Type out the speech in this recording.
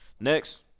Next